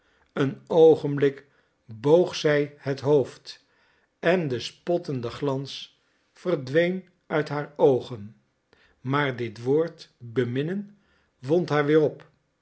een oogenblik boog zij het hoofd en de spottende glans verdween uit haar oogen maar dit woord beminnen wond haar weer op